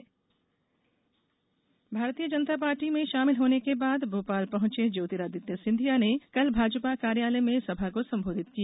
Scindia Bharatiya Janata party में शामिल होने के बाद भोपाल पहॅचे ज्योतिरादित्य सिंधिया ने कल भाजपा कार्यालय में सभा को संबोधित किया